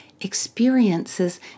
experiences